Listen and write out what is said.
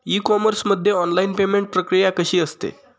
E commerce मध्ये online payment प्रक्रिया कशी असते?